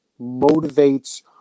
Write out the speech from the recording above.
motivates